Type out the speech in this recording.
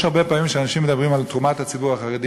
יש הרבה פעמים שאנשים מדברים על תרומת הציבור החרדי,